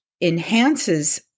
enhances